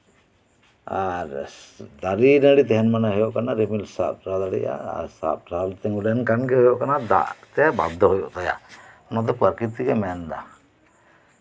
ᱟᱨ ᱫᱟᱨᱮ ᱱᱟᱲᱤ ᱛᱟᱦᱮᱱ ᱢᱟᱱᱮ ᱦᱩᱭᱩᱜ ᱠᱟᱱᱟ ᱨᱤᱢᱤᱞ ᱥᱟᱵ ᱥᱟᱵ ᱴᱟᱨᱦᱟᱣ ᱫᱟᱲᱮᱭᱟᱜᱼᱟ ᱥᱟᱵ ᱛᱤᱜᱩ ᱞᱮᱱᱠᱷᱟᱱᱜᱮ ᱫᱟᱜ ᱛᱮ ᱵᱟᱫᱽᱫᱷᱚ ᱦᱩᱭᱩᱜ ᱛᱟᱭᱟ ᱱᱚᱶᱟ ᱫᱚ ᱯᱨᱟᱠᱤᱨᱛᱤᱠ ᱮ ᱢᱮᱱ ᱮᱫᱟ